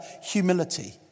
humility